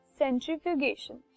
centrifugation